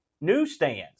newsstands